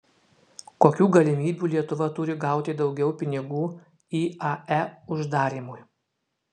kokių galimybių lietuva turi gauti daugiau pinigų iae uždarymui